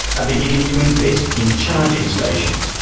ah beginning to invest in charging stations,